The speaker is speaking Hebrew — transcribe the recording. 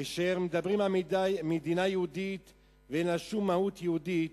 כאשר מדברים על מדינה יהודית ואין לה שום מהות יהודית,